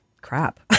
crap